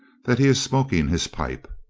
that he is smoking his pipe.